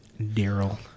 Daryl